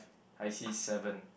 I see seven